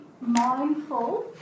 mindful